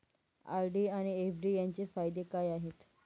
RD आणि FD यांचे फायदे काय आहेत?